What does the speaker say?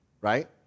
right